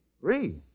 Three